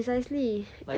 like 有点不划算了啊